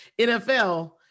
NFL